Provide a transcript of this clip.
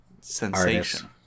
sensation